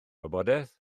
wybodaeth